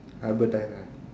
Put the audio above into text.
hybridise ah